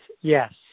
yes